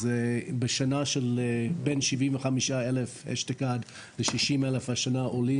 אז בשנה של בין 75,000 אשתקד ל-60,000 השנה עולים,